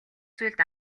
зүйлд